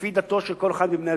לפי דתו של כל אחד מבני-הזוג,